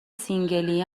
سینگلی